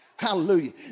hallelujah